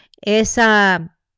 esa